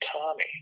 Tommy